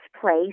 place